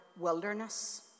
wilderness